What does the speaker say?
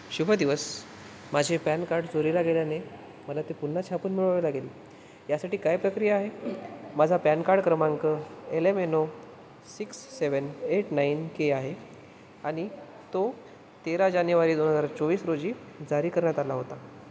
शुभ दिवस माझे पॅन कार्ड चोरीला गेल्याने मला ते पुन्हा छापून मिळवावे लागेल यासाठी काय प्रक्रिया आहे माझा पॅन कार्ड क्रमांक L M N O six seven eight nine K आहे आणि तो तेरा जानेवारी दोन हजार चोवीस रोजी जारी करण्यात आला होता